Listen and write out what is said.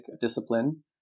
discipline